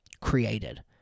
created